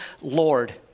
Lord